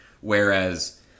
whereas